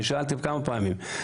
אני שאלתי כמה פעמים.